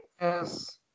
Yes